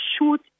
shoot